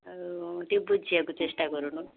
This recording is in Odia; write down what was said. ଆଉ ଟିକେ ବୁଝିବାକୁ ଚେଷ୍ଟା କରୁନୁ